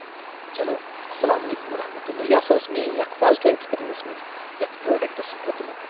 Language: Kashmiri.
چلو السلام علیکم ورحمۃ اللہ یہِ ہسا ٲسۍ میٲنۍ اکھ پازٹو ایکسپیرینس یَتھ پروڈکٹس مُتعلِق